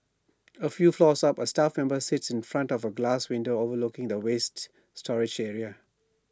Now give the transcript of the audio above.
A few floors up A staff member sits in front of A glass window overlooking the waste storage area